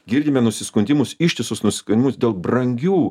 girdime nusiskundimus ištisus nusiskundimus dėl brangių